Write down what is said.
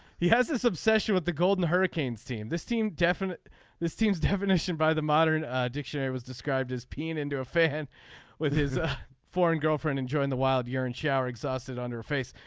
he has this obsession with the golden hurricanes team. this team definite this seems to have vanished and by the modern dictionary was described as peeing into a fan with his foreign girlfriend enjoying the wild urine shower exhausted on her face.